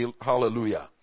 Hallelujah